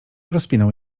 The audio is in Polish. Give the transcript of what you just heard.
rozpinał